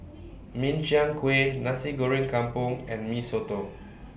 Min Chiang Kueh Nasi Goreng Kampung and Mee Soto